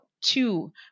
two